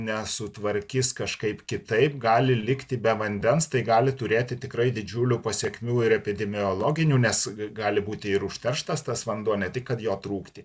nesutvarkys kažkaip kitaip gali likti be vandens tai gali turėti tikrai didžiulių pasekmių ir epidemiologinių nes gali būti ir užterštas tas vanduo ne tik kad jo trūkti